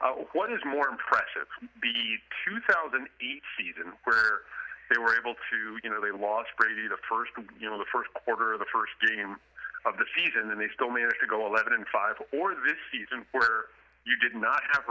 what is more impressive the two thousand each season where they were able to you know they lost brady the first you know the first quarter of the first game of the season and they still managed to go eleven and five or this season you did not have